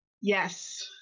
Yes